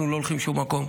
אנחנו לא הולכים לשום מקום,